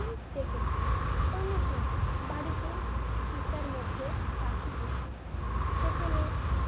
অমি দেখেছি অনেকেই বাড়িতেই খাঁচার মধ্যে পাখি পোষে সেখানে